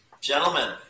Gentlemen